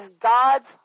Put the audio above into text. God's